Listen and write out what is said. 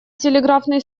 телеграфный